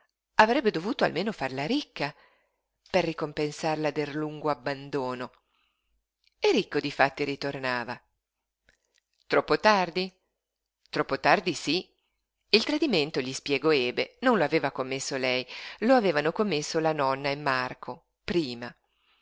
avrebbe dovuto almeno farla ricca per ricompensarla del lungo abbandono e ricco difatti ritornava troppo tardi troppo tardi sí il tradimento gli spiegò ebe non lo aveva commesso lei lo avevano commesso la nonna e marco prima